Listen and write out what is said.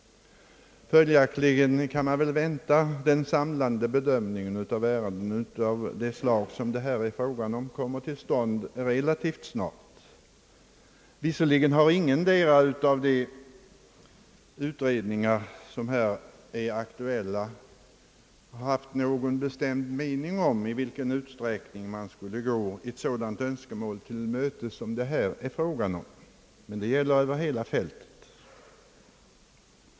Följaktligen kan man vänta att den samlade bedömningen av ärendet kommer till stånd relativt snart. Visserligen har ingendera av de utredningar som här är aktuella haft någon bestämd uppfattning om i vilken utsträckning man skulle gå ett sådant önskemål tillmötes, som det här är fråga om. Detta gäller över hela fältet.